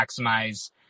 maximize